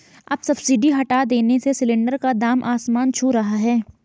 अब सब्सिडी हटा देने से सिलेंडर का दाम आसमान छू रहा है